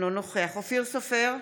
אינו נוכח אופיר סופר,